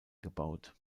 gebaut